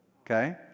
Okay